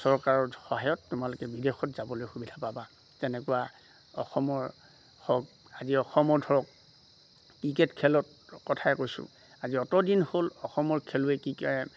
চৰকাৰৰ সহায়ত তোমালোকে বিদেশত যাবলৈ সুবিধা পাবা তেনেকুৱা অসমৰ হওক আজি অসমৰ ধৰক ক্ৰিকেট খেলত কথাই কৈছোঁ আজি অতদিন হ'ল অসমৰ খেলুৱৈ কি